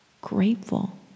grateful